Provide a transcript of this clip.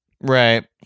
Right